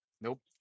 nope